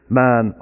man